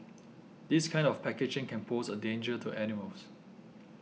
this kind of packaging can pose a danger to animals